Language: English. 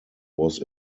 was